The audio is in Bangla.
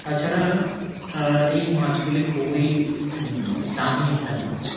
তাছাড়া এই মাছগুলি খুবই দামি একটা মাছ